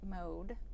mode